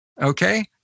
okay